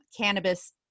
cannabis